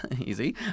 Easy